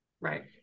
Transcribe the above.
right